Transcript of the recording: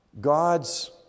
God's